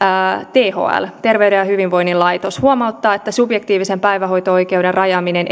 thl terveyden ja hyvinvoinnin laitos huomauttaa että subjektiivisen päivähoito oikeuden rajaaminen